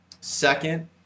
Second